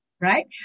right